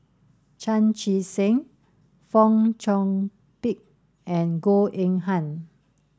Chan Chee Seng Fong Chong Pik and Goh Eng Han